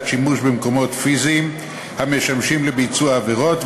השימוש במקומות פיזיים המשמשים לביצוע עבירות,